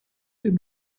dem